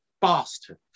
bastard